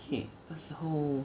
K 那时候